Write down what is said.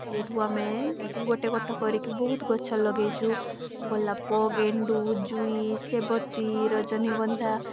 ସେଇଠୁ ଆମେ ଗୋଟେ ଗୋଟ କରି ବହୁତ ଗଛ ଲଗାଇଛୁ ଗୋଲାପ ଗେଣ୍ଡୁ ଜୁଇ ସେବତୀ ରଜନୀଗନ୍ଧା